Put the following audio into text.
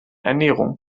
ernährung